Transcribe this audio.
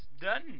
done